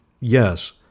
Yes